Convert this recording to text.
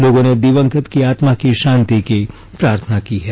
लोगों ने दिवंगत की आत्मा की शांति की प्रार्थना की है